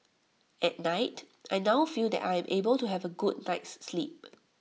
at night I now feel that I am able to have A good night's sleep